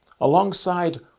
Alongside